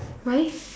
why